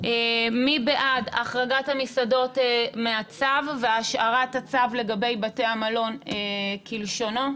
מי בעד החרגת המסעדות מהצו והשארת הצו לגבי בתי המלון כלשונו?